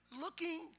looking